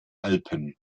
alpen